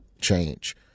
change